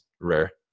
rare